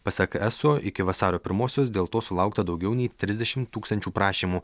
pasak eso iki vasario pirmosios dėl to sulaukta daugiau nei trisdešimt tūkstančių prašymų